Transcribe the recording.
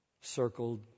circled